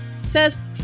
says